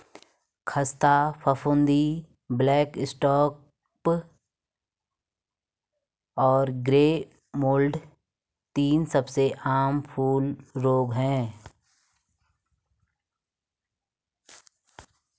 ख़स्ता फफूंदी, black spot और ग्रे मोल्ड तीन सबसे आम फूल रोग हैं